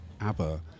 ABBA